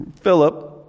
Philip